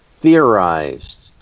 theorized